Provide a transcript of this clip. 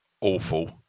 awful